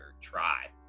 try